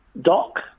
Doc